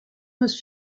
was